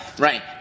Right